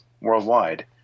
worldwide